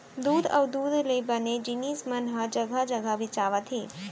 दूद अउ दूद ले बने जिनिस मन ह जघा जघा बेचावत हे